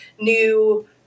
new